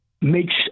makes